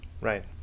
right